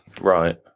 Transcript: Right